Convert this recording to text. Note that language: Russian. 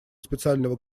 специального